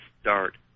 start